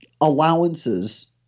allowances